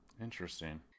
Interesting